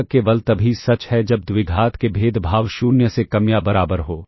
यह केवल तभी सच है जब द्विघात के भेदभाव 0 से कम या बराबर हो